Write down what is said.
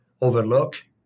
overlook